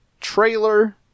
trailer